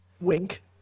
Wink